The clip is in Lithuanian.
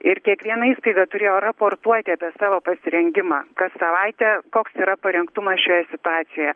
ir kiekviena įstaiga turėjo raportuoti apie savo pasirengimą kas savaitę koks yra parengtumas šioje situacijoje